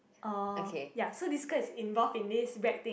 oh ya so this girl is involve in this weird thing